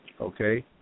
okay